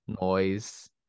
noise